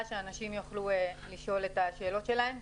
ואנשים יוכלו לשאול את השאלות שלהם.